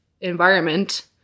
environment